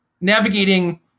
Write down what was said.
navigating